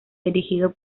dirigido